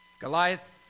Goliath